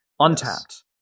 Untapped